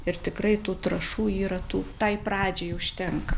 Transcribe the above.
ir tikrai tų trąšų yra tų tai pradžiai užtenka